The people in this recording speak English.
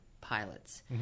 pilots